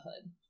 hood